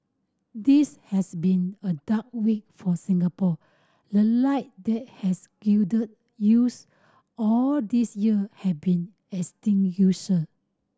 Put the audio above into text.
this has been a dark week for Singapore the light that has use all these year has been extinguished